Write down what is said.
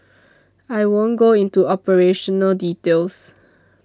I won't go into operational details